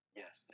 yes